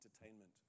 entertainment